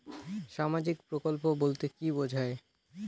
সামাজিক প্রকল্প বলতে কি বোঝায়?